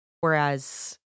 Whereas